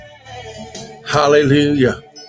Hallelujah